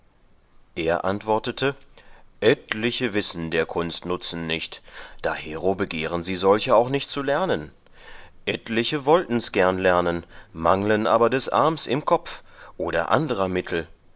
er antwortete etliche wissen der kunst nutzen nicht dahero begehren sie solche auch nicht zu lernen etliche wolltens gern lernen manglen aber des arms im kopf oder anderer mittel